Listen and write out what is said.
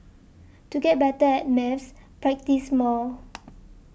to get better at maths practise more